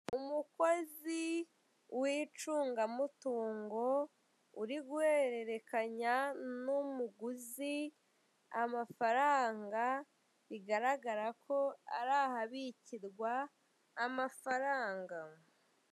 Umukozi w'icungamutungo uri guhererekanya n'umuguzi amafaranga, bigaragara ko ari ahabikirwa amafaranga.